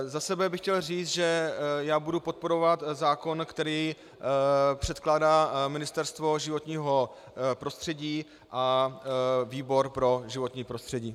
Za sebe bych chtěl říct, že budu podporovat zákon, který předkládá Ministerstvo životního prostředí a výbor pro životní prostředí.